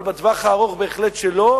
אבל בטווח הארוך בהחלט שלא.